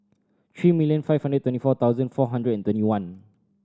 three million five hundred and twenty four thousand four hundred and twenty one